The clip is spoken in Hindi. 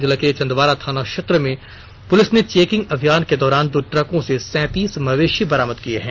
जिले के चंदवारा थाना क्षेत्र में पुलिस ने चेकिंग अभियान के दौरान दो ट्रकों से सैंतीस मवेशी बरामद किए हैं